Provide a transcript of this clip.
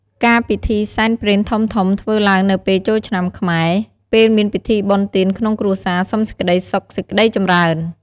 ការពិធីសែនព្រេនធំៗធ្វើឡើងនៅពេលចូលឆ្នាំខ្មែរ ពេលមានពិធីបុណ្យទានក្នុងគ្រួសារសុំសេចក្តីសុខសេចក្តីចម្រើន។